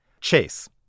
Chase